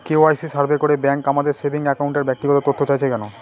KYC survey করে bank আমাদের saving অ্যাকাউন্টের ব্যক্তিগত তথ্য চাইছে কেন?